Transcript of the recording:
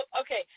okay